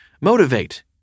motivate